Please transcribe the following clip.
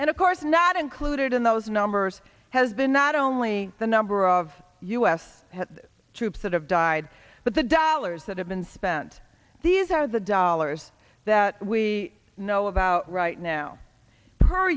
and of course not included in those numbers has been not only the number of u s troops that have died but the dollars that have been spent these are the dollars that we know about right now per